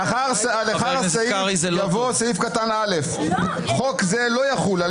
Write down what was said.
לאחר הסעיף יבוא סעיף קטן (א) "חוק זה לא יחול על